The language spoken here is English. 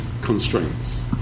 constraints